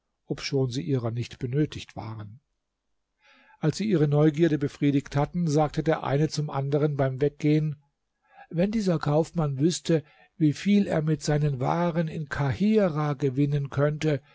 obschon sie ihrer nicht benötigt waren als sie ihre neugierde befriedigt hatten sagte der eine zum anderen beim weggehen wenn dieser kaufmann wüßte wie viel er mit seinen waren in kahirah gewinnen könnte